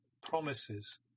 promises